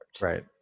Right